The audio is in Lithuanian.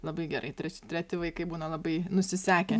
labai gerai tre treti vaikai būna labai nusisekę